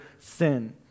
sin